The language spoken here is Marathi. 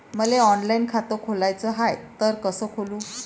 मले ऑनलाईन खातं खोलाचं हाय तर कस खोलू?